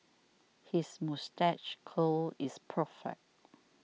his moustache curl is perfect